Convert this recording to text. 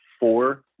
Four